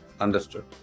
Understood